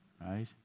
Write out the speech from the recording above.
Right